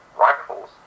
rifles